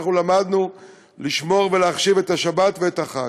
למדנו לשמור ולהחשיב את השבת ואת החג.